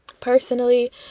Personally